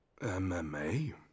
mma